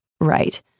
right